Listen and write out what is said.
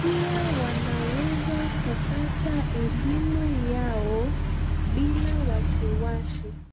pia wanaweza kupata elimu yao bila wasiwasi.